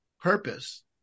purpose